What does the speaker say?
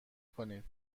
کنید